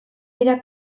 dira